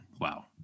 wow